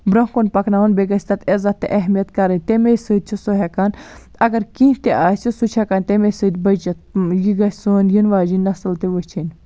بُرٚونٛہہ کُن پَکناوُن بیٚیہِ گَژھِ تَتھ عزت تہِ اہمِیت کَرٕنۍ تمے سۭتۍ چھُ سُہ ہیٚکان اگر کینٛہہ تہِ آسہِ سُہ چھُ ہیٚکان تَمے سۭتۍ بٔچِتھ یہِ گَژھِ سٲنۍ یِنہٕ واجٮ۪ن نَسٕل تہِ وٕچھِنۍ